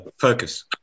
Focus